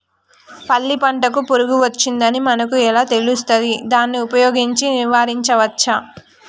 పల్లి పంటకు పురుగు వచ్చిందని మనకు ఎలా తెలుస్తది దాన్ని ఉపయోగించి నివారించవచ్చా?